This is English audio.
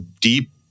deep